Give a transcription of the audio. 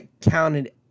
counted